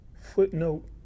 footnote